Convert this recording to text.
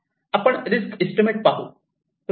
आपण risk estimate पाहू